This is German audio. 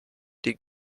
die